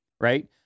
right